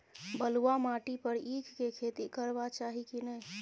बलुआ माटी पर ईख के खेती करबा चाही की नय?